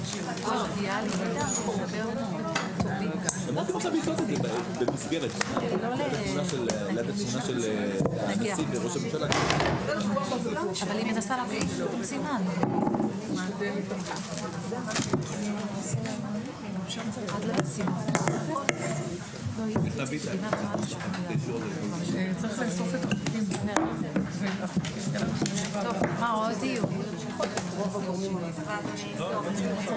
11:02.